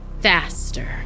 Faster